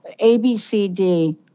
ABCD